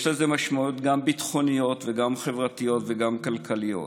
שהן גם ביטחוניות, גם חברתיות וגם כלכליות,